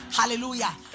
Hallelujah